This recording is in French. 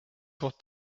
pour